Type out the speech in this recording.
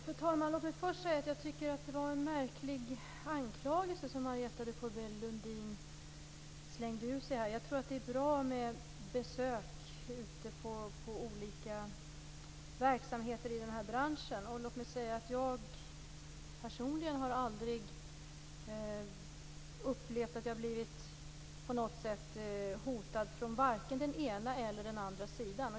Fru talman! Låt mig först säga att jag tycker att det var en märklig anklagelse som Marietta de Pourbaix Lundin slängde ur sig. Jag tror att det är bra med besök ute på olika verksamheter i denna bransch. Jag har personligen aldrig upplevt att jag blivit hotad vare sig från den ena eller den andra sidan.